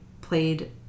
played